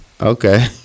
Okay